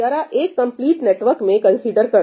जरा एक cut complete network में कंसीडर करो